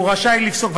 והוא רשאי לפסוק,